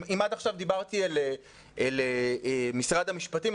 אם עד עכשיו דיברתי אל משרד המשפטים,